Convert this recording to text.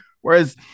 whereas